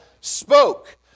spoke